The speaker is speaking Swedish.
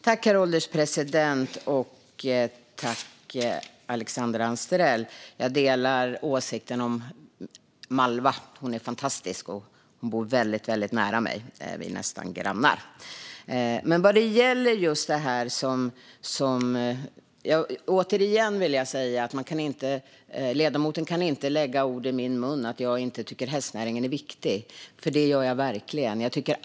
Herr ålderspresident! Tack, Alexandra Anstrell! Återigen vill jag säga att ledamoten inte kan lägga ord i min mun om att jag inte tycker att hästnäringen är viktig. Det gör jag verkligen.